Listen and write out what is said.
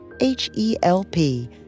H-E-L-P